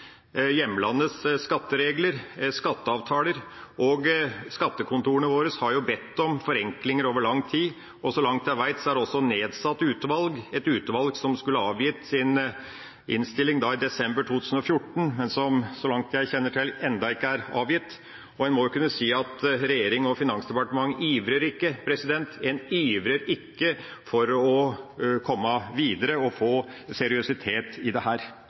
hjemlandets skatteregler og skatteavtaler. Skattekontorene våre har bedt om forenklinger over lang tid, og så langt jeg vet, er det også nedsatt et utvalg som skulle avgitt sin innstilling i desember 2014, men som så langt jeg kjenner til, ennå ikke er avgitt. En må jo kunne si at regjering og finansdepartement ivrer ikke etter å komme videre og få seriøsitet i dette. Det